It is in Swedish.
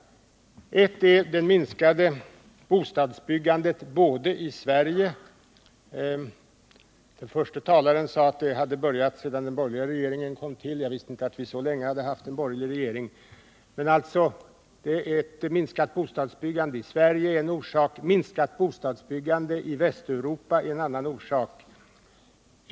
En är det minskade bostadsbyggandet i Sverige. Den förste talaren sade att denna minskning hade börjat sedan den borgerliga regeringen kom till. Jag visste inte att vi så länge hade haft en borgerlig regering. Minskat bostadsbyggande i Västeuropa är en annan orsak.